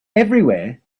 everywhere